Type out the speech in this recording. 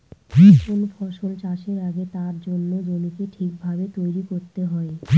কোন ফসল চাষের আগে তার জন্য জমিকে ঠিক ভাবে তৈরী করতে হয়